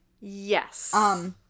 Yes